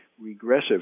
regressive